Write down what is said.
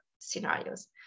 scenarios